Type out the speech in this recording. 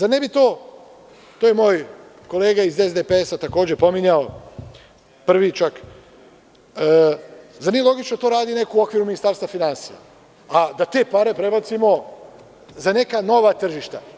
Ali, to je moj kolega iz SPDS takođe pominjao, zar nije logično da to radi neko u okviru Ministarstva finansija, a da te pare prebacimo za neka nova tržišta.